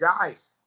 guys